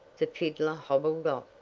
the fiddler hobbled off,